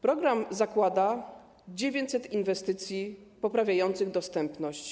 Program zakłada realizację 900 inwestycji poprawiających dostępność.